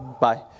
bye